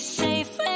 safe